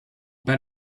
bet